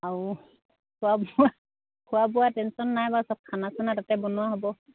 আৰু খোৱা বোৱা খোৱা বোৱা টেনচন নাই বাৰু চব খানা চানা তাতে বনোৱা হ'ব